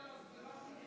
חברות וחברי הכנסת,